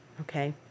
Okay